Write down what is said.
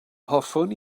hoffwn